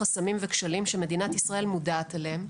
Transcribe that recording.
חסמים וכשלים שמדינת ישראל מודעת אליהם.